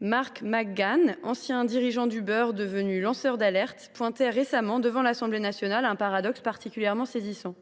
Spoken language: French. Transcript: Mark MacGann, ancien dirigeant d’Uber devenu lanceur d’alerte, pointait récemment devant l’Assemblée nationale un paradoxe particulièrement saisissant :